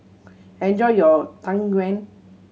enjoy your Tang Yuen